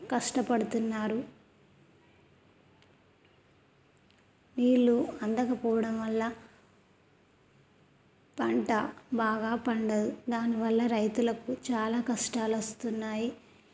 కష్టపడుతున్నారు నీళ్ళు అందకపోవడం వల్ల పంట బాగా పండదు దానివల్ల రైతులకు చాలా కష్టాలు వస్తున్నాయి